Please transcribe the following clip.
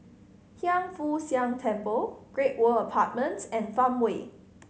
Hiang Foo Siang Temple Great World Apartments and Farmway